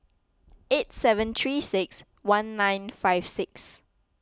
eight seven three six one nine five six